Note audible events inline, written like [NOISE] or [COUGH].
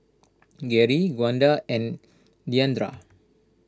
[NOISE] [UNINTELLIGIBLE] Gwenda and Diandra